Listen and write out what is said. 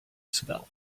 sibel